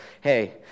hey